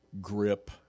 grip